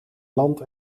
land